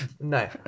No